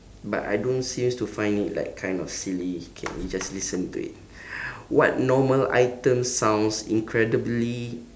but I don't seems to find it like kind of silly okay we just listen to it what normal item sounds incredibly